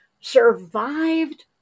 survived